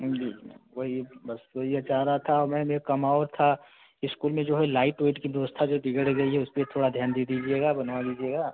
जी वही बस तो यह चाह रहा था मैंने कमाओ था इस्कूल में जो है लाइट उइट की व्यवस्था था जो बिगड़ गई है उस पर थोड़ा ध्यान दे दीजिएगा बनवा लीजिएगा